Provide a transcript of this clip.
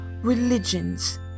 religions